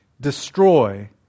destroy